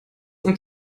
und